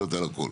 משפיעות על הכל.